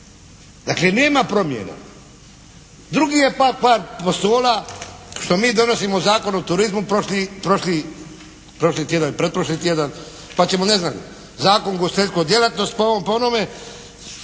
Dakle, nema promjena. Drugi je pak par postola što mi donosimo Zakon o turizmu prošli tjedan, pretprošli tjedan pa ćemo ne znam, Zakon o ugostiteljskoj djelatnosti po ovome,